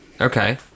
Okay